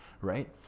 right